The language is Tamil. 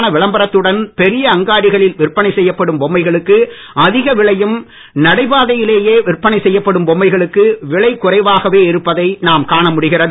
அன்னிய விளம்பரத்துடன் பெரிய அங்காடிகளில் விற்பனை செய்யப்படும் பொம்மைகளுக்கு அதிக விலையும் நடைபாதையிலேயே விற்பனை செய்யப்படும் பொம்மைகளுக்கு விலை குறைவாகவே இருப்பதை நாம் காண முடிகிறது